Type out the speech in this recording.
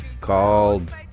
called